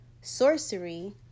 Sorcery